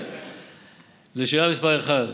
1,